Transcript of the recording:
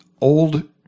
old